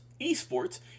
ESports